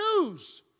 news